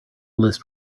list